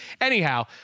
Anyhow